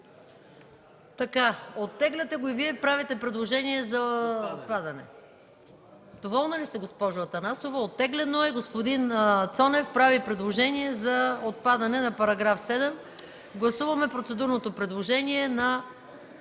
Оттегляте го и Вие и правите предложение за отпадане? Доволна ли сте, госпожо Атанасова? Оттеглено е. Господин Цонев прави предложение за отпадане на § 7. Гласуваме процедурното предложение на